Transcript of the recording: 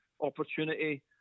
opportunity